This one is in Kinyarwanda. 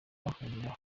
bahurira